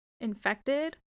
infected